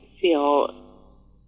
feel